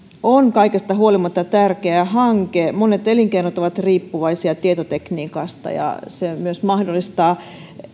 on kaikesta huolimatta tärkeä hanke monet elinkeinot ovat riippuvaisia tietotekniikasta ja se myös mahdollistaa